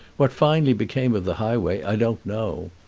what finally became of the highway i don't know.